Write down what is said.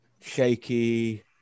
shaky